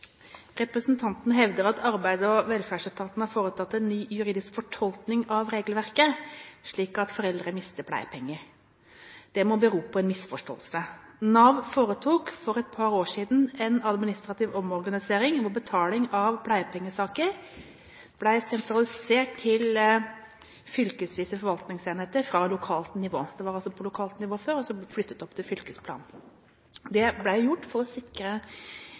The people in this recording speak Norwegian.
Representanten hevder at Arbeids- og velferdsetaten har foretatt en ny juridisk fortolkning av regelverket, slik at foreldre mister pleiepenger. Det må bero på en misforståelse. Nav foretok for et par år siden en administrativ omorganisering hvor behandlingen av pleiepengesaker ble sentralisert til fylkesvise forvaltningsenheter fra lokal nivå – det var altså på lokalt nivå før, og så ble det flyttet opp til fylkesplan. Det ble gjort for å sikre